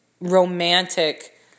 romantic